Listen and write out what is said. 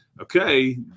okay